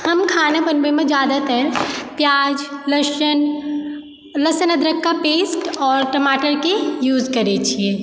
हम खाना बनबैमे जादातर प्याज लहसुन लहसुन अदरकके पेस्ट आओर टमाटरकेँ यूज करै छियै